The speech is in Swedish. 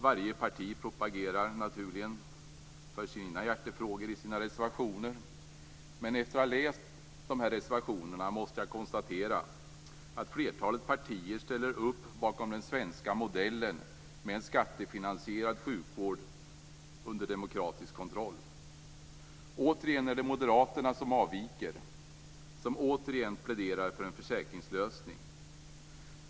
Varje parti propagerar naturligen för sina hjärtefrågor i sina reservationer. Efter att ha läst reservationerna måste jag konstatera att flertalet partier ställer upp bakom den svenska modellen med en skattefinansierad sjukvård under demokratisk kontroll. Återigen är det Moderaterna som avviker, som återigen pläderar för en försäkringslösning.